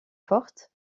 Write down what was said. fortes